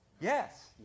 Yes